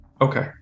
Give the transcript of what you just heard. Okay